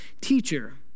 Teacher